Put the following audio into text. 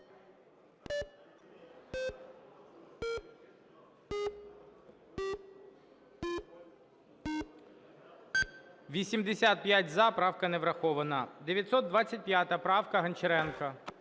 За-85 Правка не врахована. 925 правка, Гончаренко.